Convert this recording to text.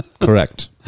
Correct